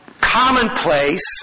commonplace